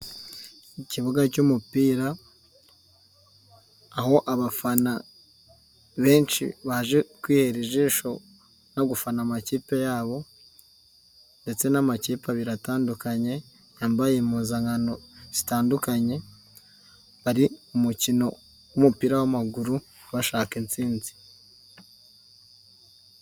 Ikibuga cy'umupira aho abafana benshi baje kwihera ijisho no gufana amakipe yabo, ndetse n'amakipe abiri atandukanye yambaye impuzankano zitandukanye, bari mu mukino w'umupira w'amaguru bashaka insinzi.